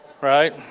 Right